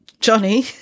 Johnny